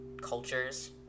cultures